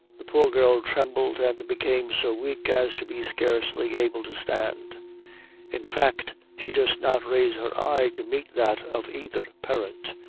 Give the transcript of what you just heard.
the poor girl trembled and became so weak as to be scarcely able to stand in fact, she durst not raise her eye to meet that of either parent,